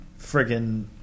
friggin